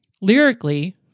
Lyrically